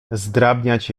zdrabniać